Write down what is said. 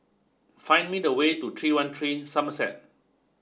find me the way to three one three Somerset